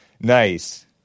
Nice